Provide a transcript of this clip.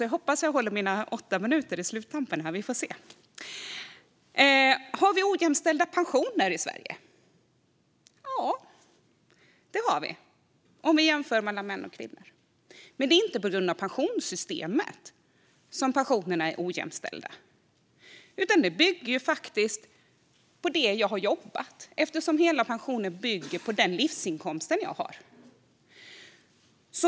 Jag hoppas att jag håller mina åtta minuters talartid i sluttampen. Vi får se. Har vi ojämställda pensioner i Sverige? Ja, det har vi, om vi jämför mellan män och kvinnor. Men det är inte på grund av pensionssystemet som pensionerna är ojämställda. Det bygger faktiskt på det jag har jobbat, eftersom hela pensionen bygger på den livsinkomst jag har.